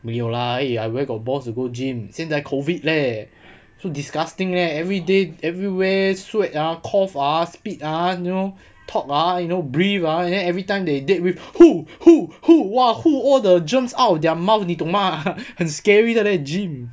没有啦 I where got balls to go gym 现在 COVID leh so disgusting leh everyday everywhere sweat ah cough ah spit ah you know talk ah you know breathe ah and then everytime they deadweight hu hu hu hu !wah! hu all the germs out of their mouth 你懂吗很 scary 的 leh gym